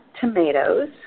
tomatoes